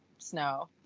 snow